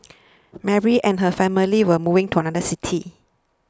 Mary and her family were moving to another city